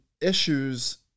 issues